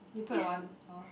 orh